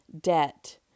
debt